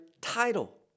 title